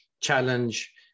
challenge